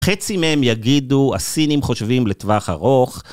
חצי מהם יגידו, הסינים חושבים לטווח ארוך.